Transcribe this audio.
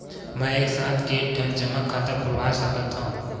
मैं एक साथ के ठन जमा खाता खुलवाय सकथव?